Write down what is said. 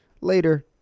later